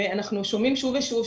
ואנחנו שומעים שוב ושוב,